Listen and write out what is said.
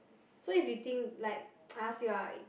so if you think like I ask you ah